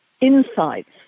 insights